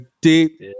deep